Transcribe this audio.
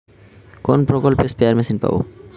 কোন প্রকল্পে spare machine পাব?